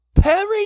Perry